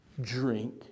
drink